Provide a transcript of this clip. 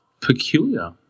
peculiar